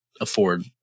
afford